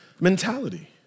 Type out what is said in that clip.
mentality